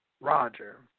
Roger